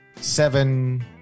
seven